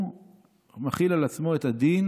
הוא מחיל על עצמו את הדין